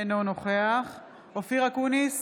אינו נוכח אופיר אקוניס,